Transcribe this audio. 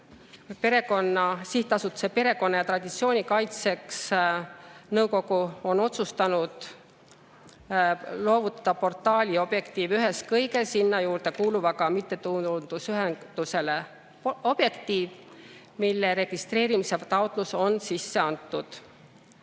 sihtasutuse Perekonna ja Traditsiooni Kaitseks nõukogu on otsustanud loovutada portaali Objektiiv ühes kõige sinna juurde kuuluvaga mittetulundusühingule Objektiiv, mille registreerimise taotlus on sisse antud.